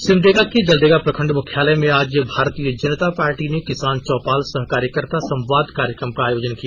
सिमडेगा के जलडेगा प्रखंड मुख्यालय में आज भारतीय जनता पार्टी ने किसान चौपाल सह कार्यकर्ता संवाद कार्यक्रम का आयोजन किया